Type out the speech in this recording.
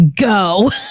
go